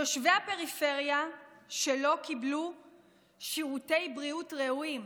תושבי הפריפריה שלא קיבלו שירותי בריאות ראויים,